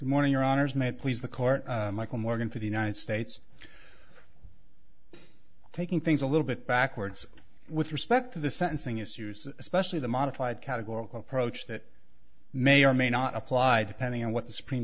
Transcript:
morning your honour's may please the court michael morgan for the united states taking things a little bit backwards with respect to the sentencing issues especially the modified categorical approach that may or may not apply depending on what the supreme